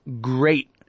great